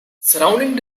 surrounding